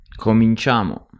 Cominciamo